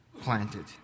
planted